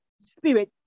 spirit